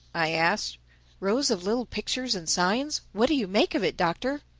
i asked rows of little pictures and signs. what do you make of it, doctor?